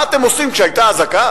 מה אתם עושים כשיש אזעקה?